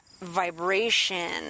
vibration